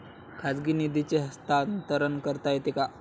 खाजगी निधीचे हस्तांतरण करता येते का?